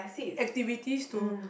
activities to